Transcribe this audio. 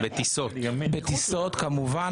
בטיסות, כמובן.